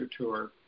tour